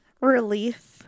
Relief